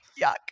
yuck